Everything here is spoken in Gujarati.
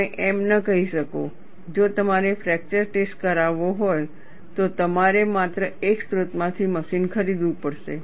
તમે એમ ન કહી શકો જો તમારે ફ્રેક્ચર ટેસ્ટ કરાવવો હોય તો તમારે માત્ર એક સ્ત્રોતમાંથી મશીન ખરીદવું પડશે